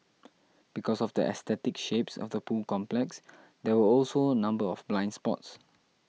because of the aesthetic shapes of the pool complex there were also a number of blind spots